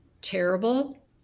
terrible